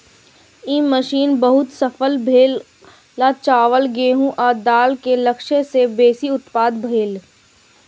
ई mission बहुत सफल भेलै आ चावल, गेहूं आ दालि के लक्ष्य सं बेसी उत्पादन भेलै